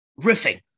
riffing